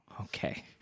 Okay